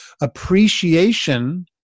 appreciation